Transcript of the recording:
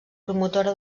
promotora